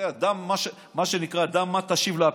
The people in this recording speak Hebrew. מה שנקרא: דע מה תשיב לאפיקורוס,